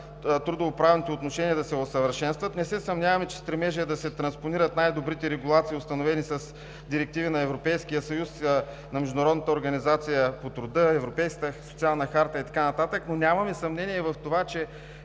трудовоправните отношения, да се усъвършенстват, не се съмняваме, че стремежът е да се транспонират най-добрите регулации, установени с директиви на Европейския съюз, на Международната организация по труда, Европейската социална харта и така нататък, но нямаме съмнение и в това, че